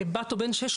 בת או בן שש,